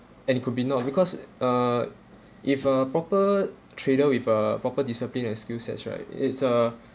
and it could be not because it uh if a proper trader with a proper discipline and skill sets right it's a